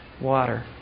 water